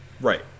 Right